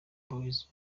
boys